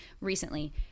recently